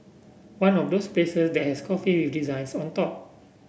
one of those places that has coffee with designs on top